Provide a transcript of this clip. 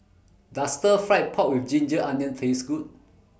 Does Stir Fried Pork with Ginger Onions Taste Good